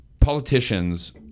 politicians